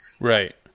Right